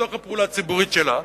בתוך הפעולה הציבורית שלה,